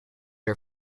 her